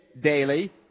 daily